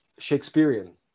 Shakespearean